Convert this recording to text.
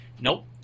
Nope